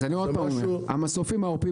אני עוד פעם אומר, המסופים העורפיים